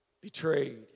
betrayed